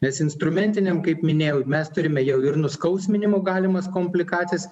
nes instrumentiniam kaip minėjau mes turime jau ir nuskausminimų galimas komplikacijas